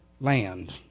land